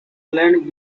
land